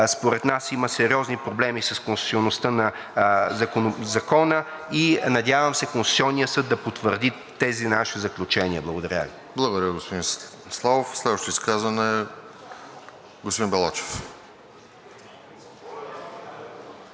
според нас има сериозни проблеми с конституционността на Закона и надявам се Конституционният съд да потвърди тези наши заключения. Благодаря Ви. ПРЕДСЕДАТЕЛ РОСЕН ЖЕЛЯЗКОВ: Благодаря, господин Славов. Следващо изказване – господин Балачев.